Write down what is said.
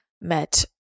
met